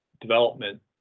development